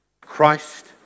Christ